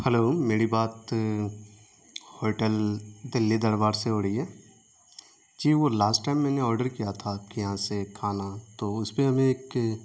hello میری بات hotel Delhi Darbar سے ہو رہی ہے جی وہ لاسٹ ٹائم میں نے آرڈر کیا تھا آپ کے یہاں سے کھانا تو اس میں ہمیں ایک